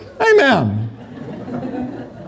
Amen